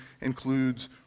includes